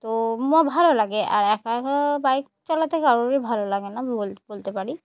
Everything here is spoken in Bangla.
তো ভালো লাগে আর একা একা বাইক চালাতে কারোরই ভালো লাগে না আমি বোল বলতে পারি